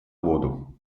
воду